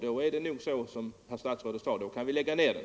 Då är det nog så som herr statsrådet sade, då kan vi lägga ner den.